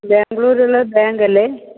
ബാംഗ്ലൂരുളള bank അല്ലേ